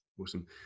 Awesome